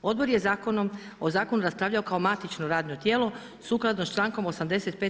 Odbor je o zakonu raspravljao kao matično radno tijelo sukladno člankom 85.